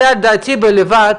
זו דעתי בלבד,